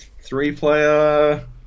Three-player